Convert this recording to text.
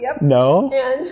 No